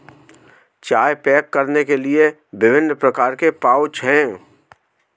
चाय पैक करने के लिए विभिन्न प्रकार के पाउच हैं